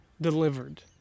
delivered